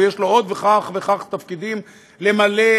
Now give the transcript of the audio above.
ויש לו כך וכך תפקידים למלא,